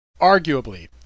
Arguably